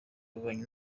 w’ububanyi